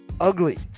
ugly